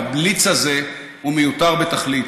והבליץ הזה הוא מיותר בתכלית,